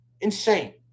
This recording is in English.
Insane